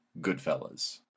Goodfellas